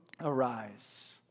arise